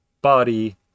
body